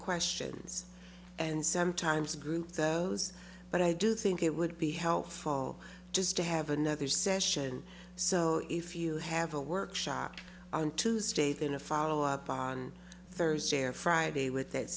questions and sometimes group those but i do think it would be helpful just to have another session so if you have a workshop on tuesday then a follow up on thursday or friday with that